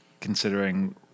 considering